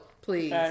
Please